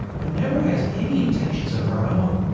who never has any intentions of her own,